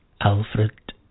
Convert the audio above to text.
Alfred